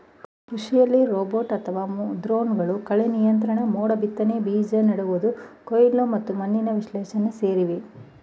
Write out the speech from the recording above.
ಕೃಷಿಲಿ ರೋಬೋಟ್ ಅಥವಾ ಡ್ರೋನ್ಗಳು ಕಳೆನಿಯಂತ್ರಣ ಮೋಡಬಿತ್ತನೆ ಬೀಜ ನೆಡುವುದು ಕೊಯ್ಲು ಮತ್ತು ಮಣ್ಣಿನ ವಿಶ್ಲೇಷಣೆ ಸೇರಿವೆ